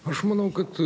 aš manau kad